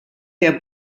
der